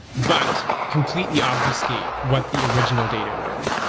but completely obfuscate what the original data were.